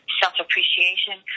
self-appreciation